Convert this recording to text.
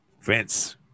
Vince